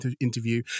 interview